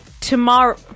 tomorrow